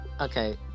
okay